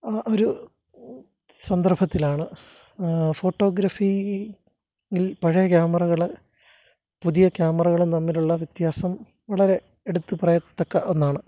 ആ ഒരു സന്ദര്ഭത്തിലാണ് ഫോട്ടോഗ്രഫിയില് പഴയ ക്യാമറകൾ പുതിയ ക്യാമറകളും തമ്മിലുള്ള വ്യത്യാസം വളരെ എടുത്ത് പറയത്തക്ക ഒന്നാണ്